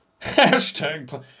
Hashtag